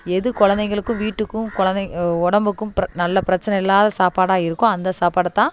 எது கொழந்தைங்களுக்கும் வீட்டுக்கும் கொழந்தைங்க உடம்புக்கும் பிர நல்ல பிரச்சனை இல்லாத சாப்பாடாக இருக்கோ அந்த சாப்பாடைத்தான்